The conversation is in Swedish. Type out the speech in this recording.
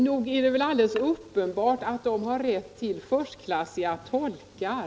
Nog är det väl alldeles uppenbart att de har rätt till förstklassiga tolkar?